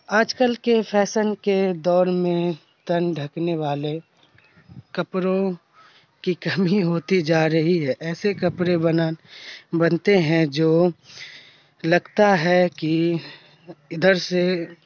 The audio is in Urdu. آج کل کے فیسن کے دور میں تن ڈھکنے والے کپڑوں کی کمی ہوتی جا رہی ہے ایسے کپڑے بنا بنتے ہیں جو لگتا ہے کہ ادھر سے